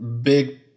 big